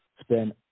spend